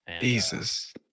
jesus